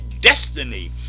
destiny